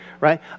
right